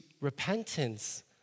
repentance